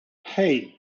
hey